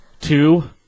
Two